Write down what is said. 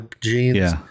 jeans